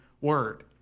word